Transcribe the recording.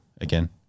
again